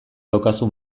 daukazu